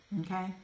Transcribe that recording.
okay